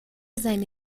seine